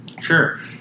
Sure